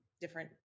different